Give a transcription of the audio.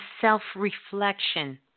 self-reflection